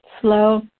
slow